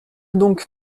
donc